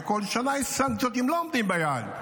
ובכל שנה יש סנקציות אם לא עומדים ביעד.